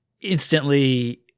instantly